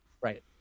Right